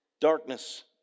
darkness